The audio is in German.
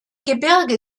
gebirge